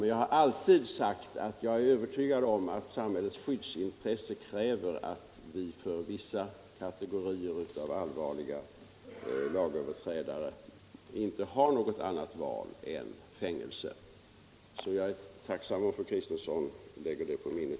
Men jag har också alltid sagt att jag är övertygad om att samhällets skyddsintresse kräver att vi för vissa kategorier allvarliga lagöverträdare tar till fängelse. Vi har inget annat val. Jag vore tacksam om fru Kristensson lade det på minnet.